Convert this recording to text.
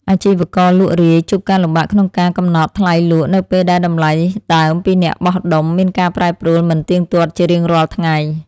អាជីវករលក់រាយជួបការលំបាកក្នុងការកំណត់ថ្លៃលក់នៅពេលដែលតម្លៃដើមពីអ្នកបោះដុំមានការប្រែប្រួលមិនទៀងទាត់ជារៀងរាល់ថ្ងៃ។